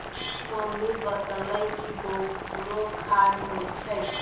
mummy बतअलई कि गोबरो खाद होई छई